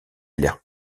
l’air